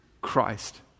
Christ